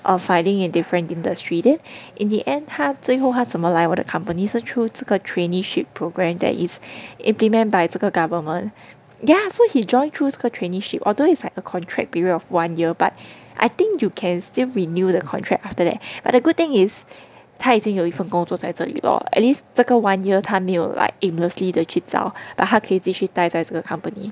err finding in different industry then in the end 他最后他怎么来我的 company 是 through 这个 traineeship programme that is implement by 这个 government ya so he joined through the traineeship although it's like a contract period of one year but I think you can still renew the contract after that but the good thing is 他已经有一份工作在这里 lor at least 这个 one year 他没有 like aimlessly 得去找 but 他可以继续呆在这个 company